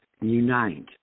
unite